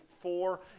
four